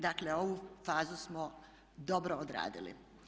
Dakle ovu fazu smo dobro odradili.